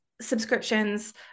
subscriptions